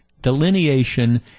Delineation